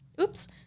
oops